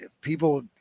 people